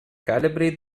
calibrate